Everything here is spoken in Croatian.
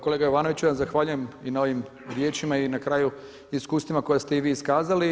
Kolega Jovanović ja vam zahvaljujem i na ovim riječima i na kraju iskustvima koja ste i vi iskazali.